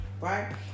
right